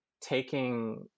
taking